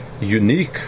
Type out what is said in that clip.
unique